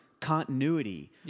continuity